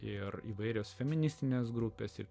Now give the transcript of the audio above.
ir įvairios feministinės grupės ir